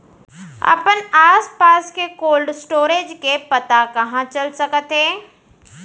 अपन आसपास के कोल्ड स्टोरेज के पता कहाँ चल सकत हे?